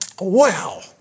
Wow